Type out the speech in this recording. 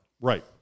Right